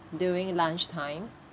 during lunchtime